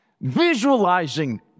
visualizing